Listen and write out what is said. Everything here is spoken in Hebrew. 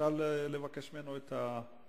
אפשר לבקש ממנו את הציטוטים,